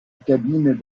cabine